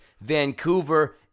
Vancouver